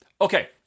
Okay